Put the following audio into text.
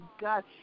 God